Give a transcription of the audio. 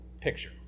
picture